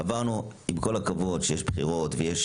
עברנו, עם כל הכבוד שיש בחירות ויש